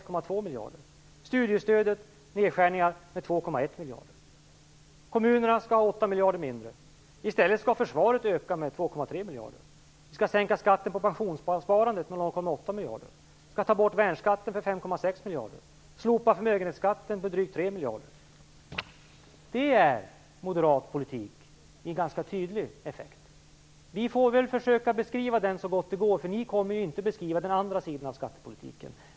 Kommunerna skall ha 8 miljarder mindre. I stället skall försvaret öka med 2,3 miljarder. Skatten på pensionssparandet skall sänkas med 0,8 miljarder. Detta är moderat politik med tydlig effekt. Vi får väl försöka beskriva den så gott det går. Ni kommer inte att beskriva den andra sidan av skattepolitiken.